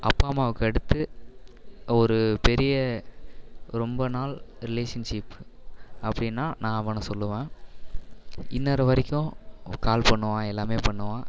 அப்பா அம்மாவுக்கு அடுத்து ஒரு பெரிய ரொம்ப நாள் ரிலேஷன்ஷிப் அப்படினா நான் அவனை சொல்லுவேன் இன்றை வரைக்கும் கால் பண்ணுவான் எல்லாமே பண்ணுவான்